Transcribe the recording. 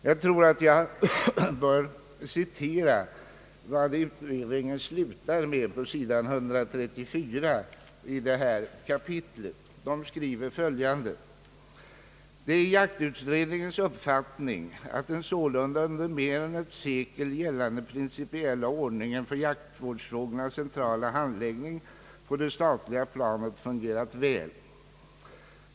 Jag vill citera vad utredningen slutar med på s. 134 i detta kapitel: »Det är jaktutredningens uppfattning, att den sålunda under mer än ett sekel gällande principiella ordningen för jaktvårdsfrågornas centrala handläggning på det statliga planet fungerat väl.